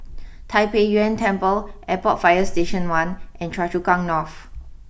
Tai Pei Yuen Temple Airport fire Station one and Choa Chu Kang North